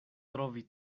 trovi